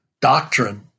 doctrine